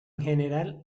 general